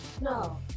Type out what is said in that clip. no